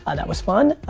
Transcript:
ah that was fun.